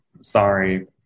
Sorry